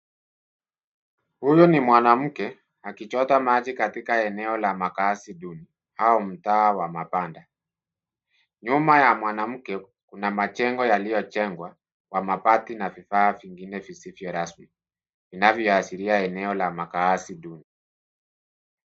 Huyu ni mwanamke akichota maji katika eneo la makaazi duni au mtaa wa mabanda. Nyuma ya mwanamke, kuna majengo yaliyojengwa kwa mabati na vifaa vingine visivyo rasmi vinavyoashiria eneo la makaazi duni.